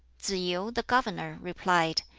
tsz-yu, the governor, replied,